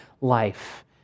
life